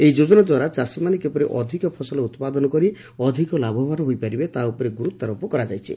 ଏହି ଯୋଜନା ଦ୍ୱାରା ଚାଷୀମାନେ କିପରି ଅଧିକ ଫସଲ ଉପାଦନ କରି ଅଧିକ ଲାଭବା ହୋଇପାରିପେ ତାହା ଉପରେ ଗୁରୁତ୍ୱାରୋପ କରାଯାଇଛି